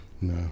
No